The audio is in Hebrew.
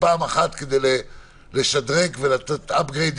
פעם אחת כדי לשדרג את המערכת